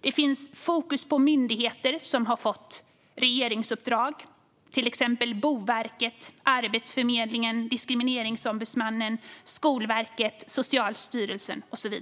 Det är fokus på myndigheter som har fått regeringsuppdrag, till exempel Boverket, Arbetsförmedlingen, Diskrimineringsombudsmannen, Skolverket, Socialstyrelsen och så vidare.